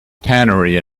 tannery